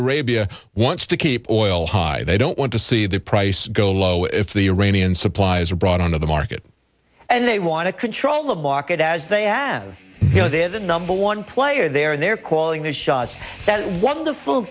arabia wants to keep oil high they don't want to see the price go low if the iranian supplies are brought on to the market and they want to control the blockade as they have you know they're the number one player there and they're quoting the shots that wonderful